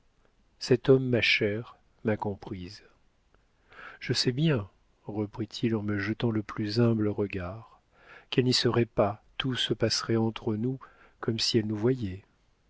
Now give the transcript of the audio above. cet homme ma chère m'a comprise je sais bien reprit-il en me jetant le plus humble regard qu'elle n'y serait pas tout se passerait entre nous comme si elle nous voyait